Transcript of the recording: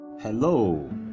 Hello